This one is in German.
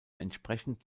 entsprechend